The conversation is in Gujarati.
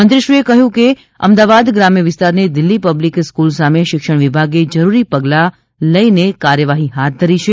મંત્રીશ્રીએ કહ્યું હતું કે અમદાવાદ ગ્રામ્ય વિસ્તારની દિલ્ઠી પબ્લિક સ્કૂલ સામે શિક્ષણ વિભાગે જરૂરી તમામ પગલા લઇને કાર્યવાહી હાથ ધરી છે